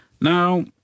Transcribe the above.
Now